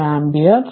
5 ampere